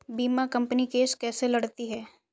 बीमा company case कैसे लड़ती है?